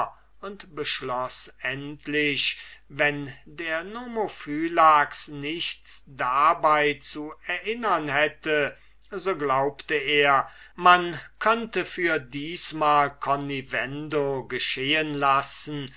und beschloß endlich wenn der nomophylax nichts dabei zu erinnern hätte so glaubte er man könnte für diesmal connivendo geschehen lassen